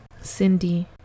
Cindy